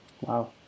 Wow